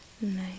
Nice